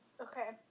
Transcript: Okay